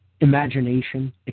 imagination